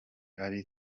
ari